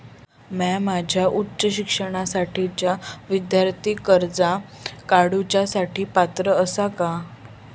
म्या माझ्या उच्च शिक्षणासाठीच्या विद्यार्थी कर्जा काडुच्या साठी पात्र आसा का?